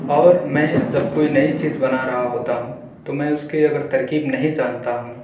اور میں جب کوئی نئی چیز بنا رہا ہوتا ہوں تو میں اس کی اگر ترکیب نہیں جانتا ہوں